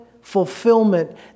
fulfillment